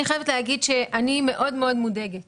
אני חייבת להגיד שאני מאוד מודאגת